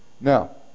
now